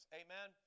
amen